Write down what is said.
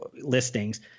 listings